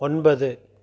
ஒன்பது